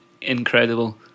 incredible